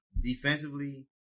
defensively